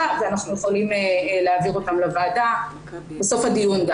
ואנחנו יכולים להעביר אותם לוועדה בסוף הדיון.